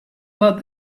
about